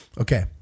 Okay